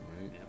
right